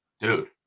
dude